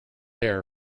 air